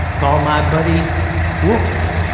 call my buddy wolff.